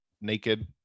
naked